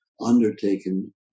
undertaken